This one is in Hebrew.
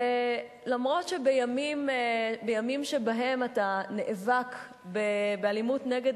ולמרות שבימים שבהם אתה נאבק באלימות נגד